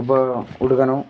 ಒಬ್ಬ ಹುಡುಗನೂ